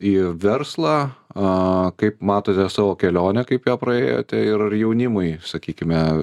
į verslą kaip matote savo kelionę kaip ją praėjote ir jaunimui sakykime